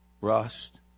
rust